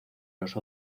los